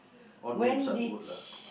odd names are good lah